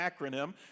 acronym